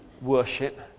worship